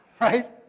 right